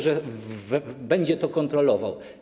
Że będzie to kontrolował.